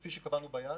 כפי שקבענו ביעד,